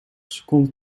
seconden